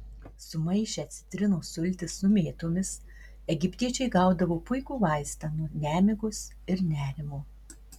sumaišę citrinos sultis su mėtomis egiptiečiai gaudavo puikų vaistą nuo nemigos ir nerimo